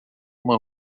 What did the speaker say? uma